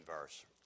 verse